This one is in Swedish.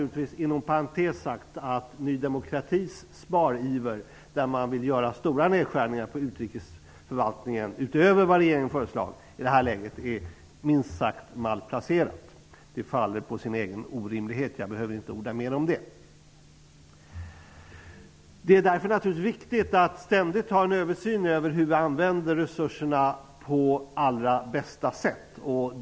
Inom parentes sagt blir Ny demokratis spariver med stora nedskärningar på utrikesförvaltningens område utöver vad regeringen har föreslagit minst sagt malplacerad. Det faller på sin egen orimlighet. Jag behöver inte orda mer om det. Det är därför naturligtvis viktigt att ha en ständig översyn av att resurser används på bästa sätt.